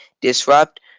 disrupt